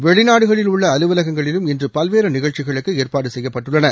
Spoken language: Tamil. வெளிநாடு களில் உள்ள அலுவலகங்ளிலும் இன்று பல்வேறு நிகழ்ச்சிகளுக்கு ஏற்பாடு செய்யப்பட்டுள்ளன